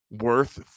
worth